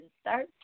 start